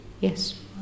Yes